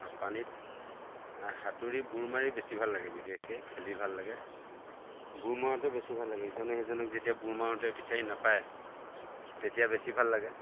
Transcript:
আৰু পানীত সাঁতুৰি বুৰ মাৰি বেছি ভাল লাগে বিশেষকৈ খেলি ভাল লাগে বুুৰ মাৰোঁতে বেছি ভাল লাগে ইজনে সিজনক যেতিয়া বুৰ মাৰোঁতে বিচাৰি নাপায় তেতিয়া বেছি ভাল লাগে